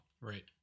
right